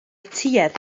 tuedd